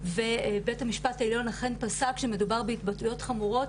ובית המשפט העליון אכן פסק שמדובר בהתבטאויות חמורות,